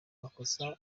makosa